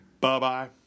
Bye-bye